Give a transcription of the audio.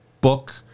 book